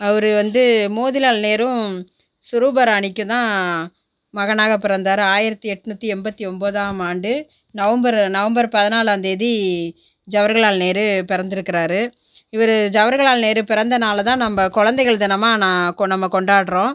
அவர் வந்து மோதிலால் நேரு சுரூபராணிக்கும் தான் மகனாக பிறந்தார் ஆயிரத்தி எட்நூத்தி எண்பத்தி ஒன்பதாம் ஆண்டு நவம்பர் நவம்பர் பதினாலாம் தேதி ஜவர்ஹலால் நேரு பிறந்துருக்குறாரு இவர் ஜவர்ஹலால் நேரு பிறந்த நாளதான் நம்ம குழந்தைகள் தினமாக நா கொ நம்ம கொண்டாடுறோம்